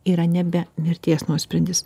yra nebe mirties nuosprendis